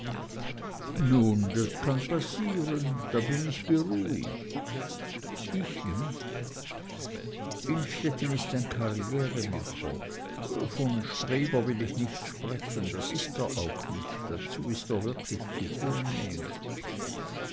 nun das kann passieren da bin ich beruhigt ich nicht innstetten ist ein karrieremacher von streber will ich nicht sprechen das ist er auch nicht dazu ist er zu